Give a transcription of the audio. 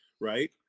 right